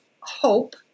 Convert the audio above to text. hope